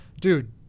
dude